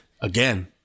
again